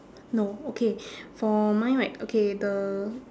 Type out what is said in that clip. no okay for mine right okay the